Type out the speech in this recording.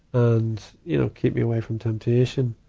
and, you know, keep me away from temptation.